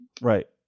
Right